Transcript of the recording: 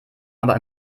aber